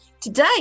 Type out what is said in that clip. today